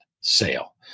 sale